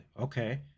Okay